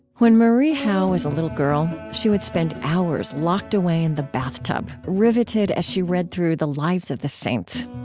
when marie howe was a little girl, she would spend hours locked away in the bathtub, riveted as she read through the lives of the saints.